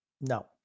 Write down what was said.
No